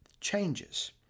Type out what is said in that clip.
changes